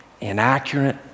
inaccurate